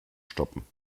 stoppen